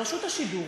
ברשות השידור,